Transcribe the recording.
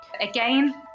Again